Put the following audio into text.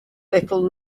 little